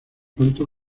pronto